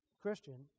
Christian